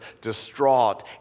distraught